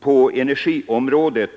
på energiområdet.